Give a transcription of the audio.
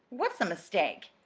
what's a mistake?